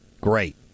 great